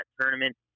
tournament